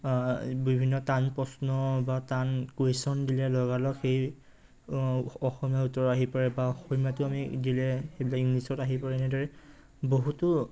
বিভিন্ন টান প্ৰশ্ন বা টান কুৱেশ্যন দিলে লগালগ সেই অসমীয়া উত্তৰ আহি পৰে বা অসমীয়াটো আমি দিলে সেইবিলাক ইংলিছত আহি পৰে এনেদৰে বহুতো